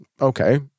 okay